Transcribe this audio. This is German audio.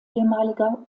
ehemaliger